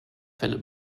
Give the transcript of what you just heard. quelle